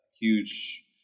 huge